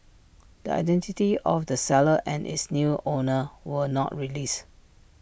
the identity of the seller and its new owner were not released